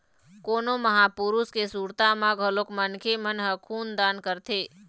कोनो महापुरुष के सुरता म घलोक मनखे मन ह खून दान करथे